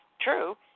true